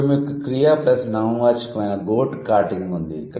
అప్పుడు మీకు క్రియ ప్లస్ నామవాచకం అయిన 'గో కార్టింగ్' ఉంది